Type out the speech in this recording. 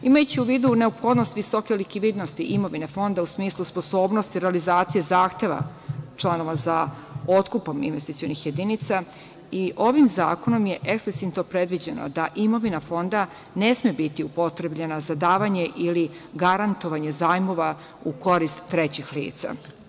Imajući u vidu neophodnost visoke likvidnosti imovine fonda u smislu sposobnosti realizacije zahteva članova za otkupom investicionih jedinica i ovim zakonom je eksplicitno predviđeno da imovina fonda ne sme biti upotrebljena za davanje ili garantovanje zajmova u korist trećih lica.